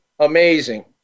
amazing